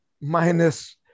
minus